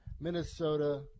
Minnesota –